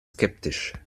skeptisch